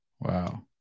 Wow